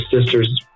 sister's